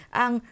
ang